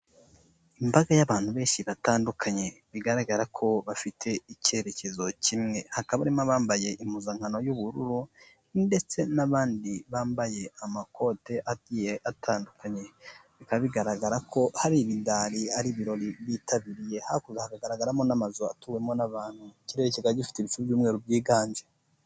Imbaga y'abantu benshi batandukanye, bigaragara ko bafite icyerekezo kimwe, hakaba harimo abambaye impuzankano y'ubururu, ndetse n'abandi bambaye amakote agiye atandukanye. Bikaba bigaragara ko hari ibidari, ari ibirori bitabiriye. Hakurya hakagaragaramo n'amazu atuwemo n'abantu. Ikirere kikaba gifite ibicu by'umweru byiganje.